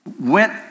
went